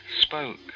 spoke